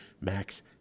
Max